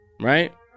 right